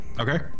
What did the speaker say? Okay